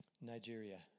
Nigeria